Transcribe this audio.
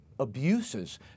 abuses